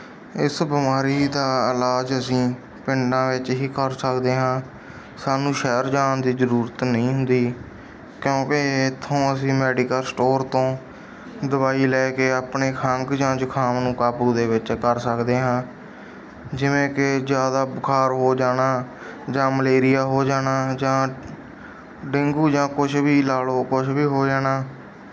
ਇਸ ਬਿਮਾਰੀ ਦਾ ਇਲਾਜ ਅਸੀਂ ਪਿੰਡਾਂ ਵਿੱਚ ਹੀ ਕਰ ਸਕਦੇ ਹਾਂ ਸਾਨੂੰ ਸ਼ਹਿਰ ਜਾਣ ਦੀ ਜ਼ਰੂਰਤ ਨਹੀਂ ਹੁੰਦੀ ਕਿਉਂਕਿ ਇੱਥੋਂ ਅਸੀਂ ਮੈਡੀਕਲ ਸਟੋਰ ਤੋਂ ਦਵਾਈ ਲੈ ਕੇ ਆਪਣੇ ਖੰਘ ਜਾਂ ਜ਼ੁਕਾਮ ਨੂੰ ਕਾਬੂ ਦੇ ਵਿੱਚ ਕਰ ਸਕਦੇ ਹਾਂ ਜਿਵੇਂ ਕਿ ਜ਼ਿਆਦਾ ਬੁਖਾਰ ਹੋ ਜਾਣਾ ਜਾਂ ਮਲੇਰੀਆ ਹੋ ਜਾਣਾ ਜਾਂ ਡੇਂਗੂ ਜਾਂ ਕੁਛ ਵੀ ਲਾ ਲਓ ਕੁਛ ਵੀ ਹੋ ਜਾਣਾ